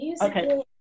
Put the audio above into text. Okay